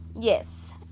Yes